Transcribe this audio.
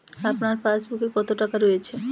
আপনার পাসবুকে কত টাকা রয়েছে?